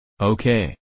Okay